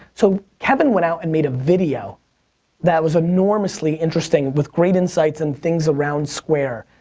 so, kevin went out and made a video that was enormously interesting with great insights and things around square.